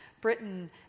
Britain